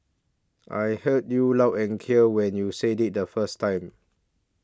I heard you loud and clear when you said it the first time